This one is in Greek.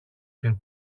την